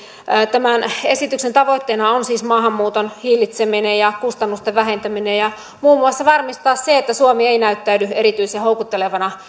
tämän esityksen tavoitteena on siis maahanmuuton hillitseminen ja kustannusten vähentäminen ja muun muassa varmistaa se että suomi ei näyttäydy erityisen houkuttelevana